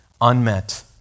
Unmet